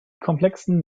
komplexen